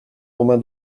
romain